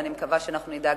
ואני מקווה שאנחנו נדאג,